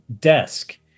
desk